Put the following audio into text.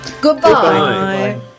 Goodbye